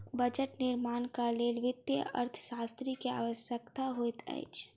budget निर्माणक लेल वित्तीय अर्थशास्त्री के आवश्यकता होइत अछि